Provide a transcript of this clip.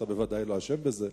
אתה בוודאי לא אשם בזה,